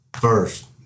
first